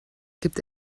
gibt